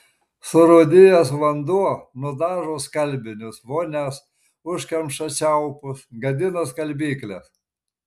surūdijęs vanduo nudažo skalbinius vonias užkemša čiaupus gadina skalbykles